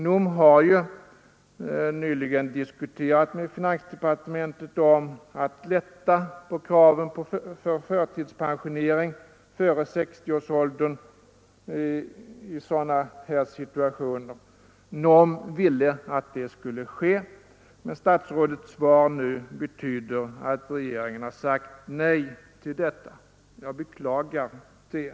NOM har ju nyligen diskuterat med finansdepartementet om att lätta på kraven för förtidspension före 60 års ålder i sådana situationer. NOM ville att det skulle ske, men statsrådets svar nu betyder att regeringen har sagt nej till detta. Jag beklagar det.